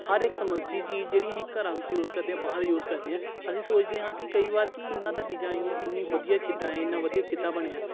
ਹਰ ਇੱਕ ਸਮੁੱਚੀ ਚੀਜ਼ ਜਿਹੜੀਆਂ ਅਸੀਂ ਘਰਾਂ ਵਿੱਚ ਯੂਜ ਕਰਦੇ ਹਾਂ ਬਾਹਰ ਯੂਜ ਕਰਦੇ ਹਾਂ ਅਸੀਂ ਸੋਚਦੇ ਹਾਂ ਕਿ ਕਈ ਵਾਰ ਕਿ ਇਹਨਾਂ ਦਾ ਡਿਜਾਇਨਿੰਗ ਇੰਨੀ ਵਧੀਆ ਕਿੱਦਾਂ ਹੈ ਇੰਨਾਂ ਵਧੀਆ ਕਿੱਦਾਂ ਬਣਿਆ